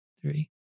three